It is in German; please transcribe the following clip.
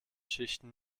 schichten